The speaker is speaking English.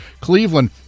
Cleveland